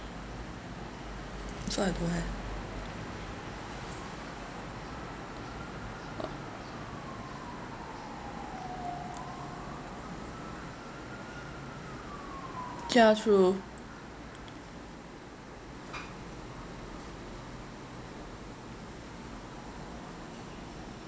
that's why I don't have oh ya true